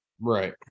Right